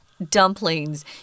dumplings